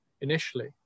initially